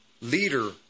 leader